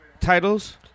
titles